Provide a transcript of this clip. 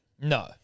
No